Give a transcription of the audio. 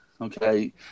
Okay